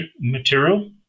material